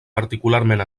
particularment